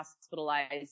hospitalized